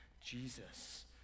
Jesus